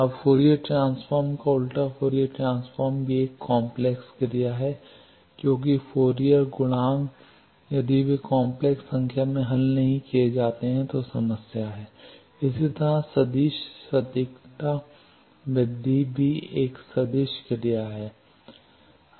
अब Fourier transform और उलटा फोरिअर ट्रांसफॉर्म भी एक काम्प्लेक्स क्रिया है क्योंकि फोरिअर गुणांक यदि वे काम्प्लेक्स संख्या हल में नहीं किए जाते हैं तो समस्या है इसी तरह सदिश सटीकता वृद्धि भी एक सदिश क्रिया है